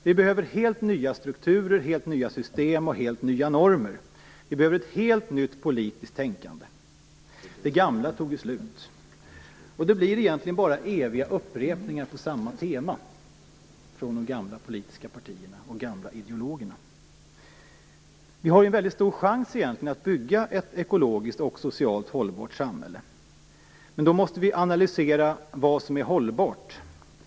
Vi behöver helt nya strukturer, helt nya system och helt nya normer. Vi behöver ett helt nytt politiskt tänkande. Det gamla har tagit slut. Det blir bara eviga upprepningar på samma tema från de gamla politiska partierna och de gamla ideologerna. Vi har en väldigt stor chans att bygga ett ekologiskt och socialt hållbart samhälle. Men då måste vi analysera vad som är hållbart.